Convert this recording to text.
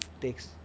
takes